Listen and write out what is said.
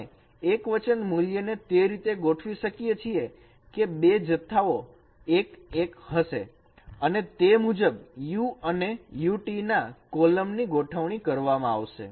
આપણે એક વચન મૂલ્યને એ રીતે ગોઠવી શકીએ છીએ કે બે જથ્થાઓ 1 1 હશે અને તે મુજબ U અને UT ના કોલમ ની ગોઠવણી કરવામાં આવશે